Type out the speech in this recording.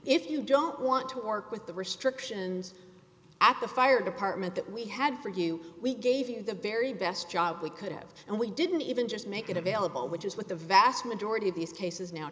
if you don't want to work with the restrictions at the fire department that we had for you we gave you the very best job we could have and we didn't even just make it available which is what the vast majority of these cases now